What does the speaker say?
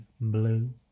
Blue